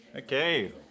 Okay